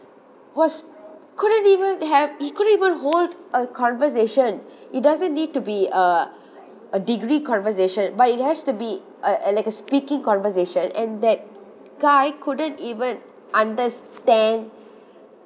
was couldn't even have he couldn't even hold a conversation it doesn't need to be a a degree conversation but it has to be a like a speaking conversation and that guy couldn't even understand